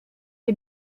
les